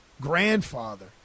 grandfather